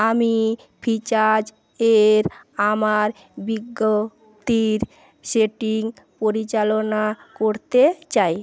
আমি ফ্রিচার্জ এর আমার বিজ্ঞপ্তির সেটিং পরিচালনা করতে চাই